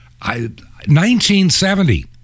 1970